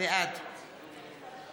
בעד